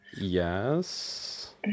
Yes